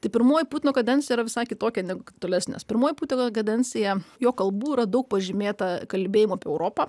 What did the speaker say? tai pirmoji putino kadencija yra visai kitokia negu tolesnės pirmoji putino kadencija jo kalbų yra daug pažymėta kalbėjimu apie europą